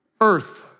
Earth